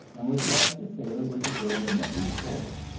and was like the sailor with a girl in every port.